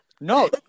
No